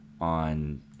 on